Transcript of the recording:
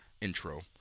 intro